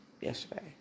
yesterday